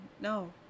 no